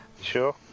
Sure